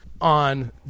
on